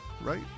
right